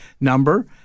number